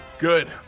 Good